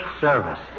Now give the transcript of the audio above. service